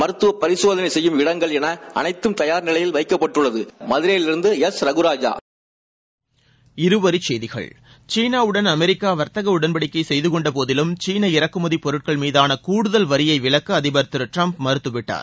மருத்தவ பரிசோதனைகள் செய்யும் இடம் ஆகியவை தயார் நிலையில் வைக்கப்பட்டுள்ளது மதுரையிலிருந்து எஸ் ரகுராஜா இருவரி செய்திகள் சீனா உடன் அமெரிக்கா வர்த்தக உடன்படிக்கை செய்துகொண்ட போதிலும் சீன இறக்குமதி பொருட்கள் மீதான கூடுதல் வரியை விலக்க அதிபர் திரு ட்ரம்ப் மறுத்துவிட்டார்